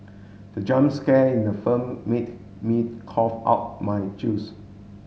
the jump scare in the firm made me cough out my juice